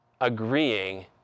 agreeing